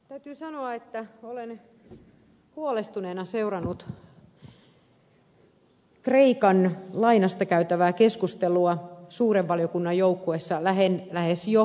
täytyy sanoa että olen huolestuneena seurannut kreikan lainasta käytävää keskustelua suuren valiokunnan joukkueessa jo lähes kuukauden päivät